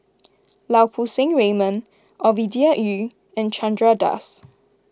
Lau Poo Seng Raymond Ovidia Yu and Chandra Das